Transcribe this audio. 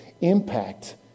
impact